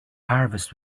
harvest